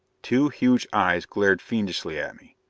two huge eyes glared fiendishly at me.